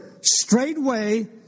straightway